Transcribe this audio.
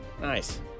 Nice